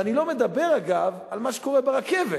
ואני לא מדבר, אגב, על מה שקורה ברכבת,